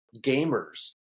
gamers